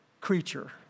creature